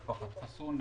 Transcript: משפחת חסונה